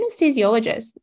anesthesiologist